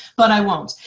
but i won't!